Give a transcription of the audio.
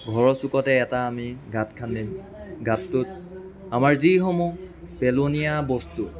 ঘৰৰ চুকতে এটা আমি গাঁত খান্দিম গাঁতটোত আমাৰ যিসমূহ পেলনীয়া বস্তু